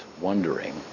wondering